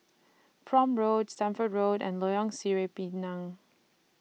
Prome Road Stamford Road and Lorong Sireh Pinang